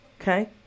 okay